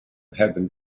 heaven